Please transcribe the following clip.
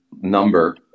number